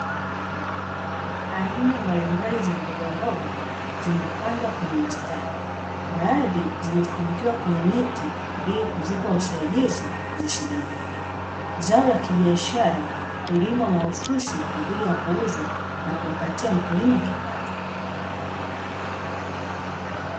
Aina mbalimbali za mbogamboga zimepandwa kwenye mstari, baadhi zimefungiwa kwenye miti ili kuzipa usaidizi zisidondoke, zao la kibiashara hulimwa mahususi kwa ajili ya kuuzwa na kumpatia mkulima kipato.